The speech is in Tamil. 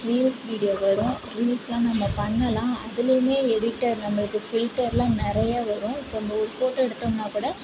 ரீல்ஸ் வீடியோ வரும் ரீல்ஸ்லாம் நம்ம பண்ணலாம் அதுலேயும் எடிட்டர் நம்மளுக்கு ஃபில்டர்லாம் நிறையா வரும் இப்போது நம்ம ஒரு ஃபோட்டோ எடுத்தோம்னா கூட